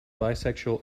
bisexual